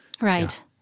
right